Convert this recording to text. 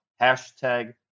hashtag